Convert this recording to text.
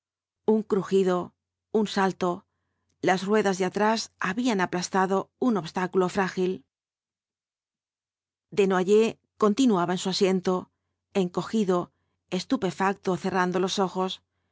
un crujido un salto las ruedas de atrás habían aplastado un obstáculo fi'ágil desnoyers continuaba en su asiento encogido estupefacto cerrando los ojos